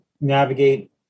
navigate